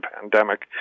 pandemic